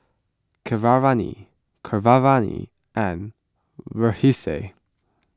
Keeravani Keeravani and Verghese